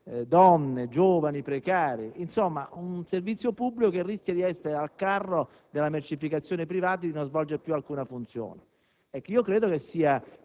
donne, giovani, precari. Insomma, un servizio pubblico che rischia di essere al carro della mercificazione privata e di non svolgere più alcuna funzione. Credo che sia